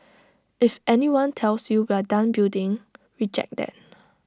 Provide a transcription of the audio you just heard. if anyone tells you we're done building reject that